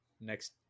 Next